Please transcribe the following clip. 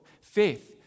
Faith